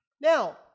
Now